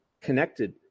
connected